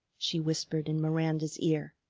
she whispered in miranda's ear.